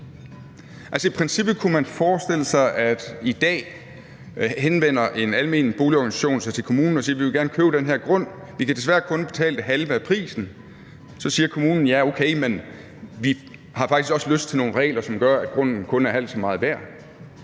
I princippet kunne man i dag forestille sig, at en almen boligorganisation henvender sig til kommunen og siger, at de gerne vil købe den her grund, men at de desværre kun kan betale det halve af prisen. Så siger kommunen: Okay, men vi har faktisk også nogle regler, der gør, at grunden kun er halvt så meget værd,